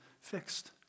fixed